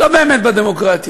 לא באמת בדמוקרטיה,